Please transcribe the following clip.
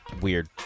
Weird